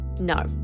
no